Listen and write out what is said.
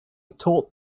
taught